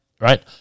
right